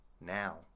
now